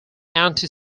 anti